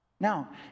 Now